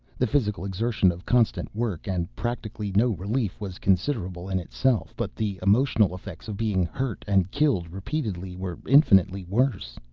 the physical exertion of constant work and practically no relief was considerable in itself. but the emotional effects of being hurt and killed repeatedly were infinitely worse.